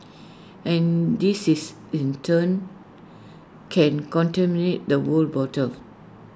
and this is in turn can contaminate the whole bottle